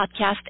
podcast